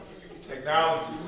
Technology